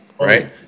right